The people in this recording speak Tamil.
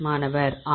மாணவர் ஆம்